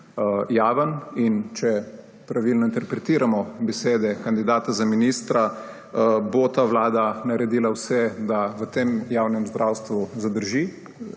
javen, in če pravilno interpretiramo besede kandidata za ministra, bo ta vlada naredila vse, da v tem javnem zdravstvu zadrži